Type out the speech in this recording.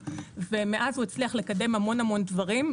ומאז הוא הצליח לקדם המון דברים.